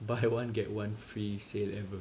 buy one get one free sale ever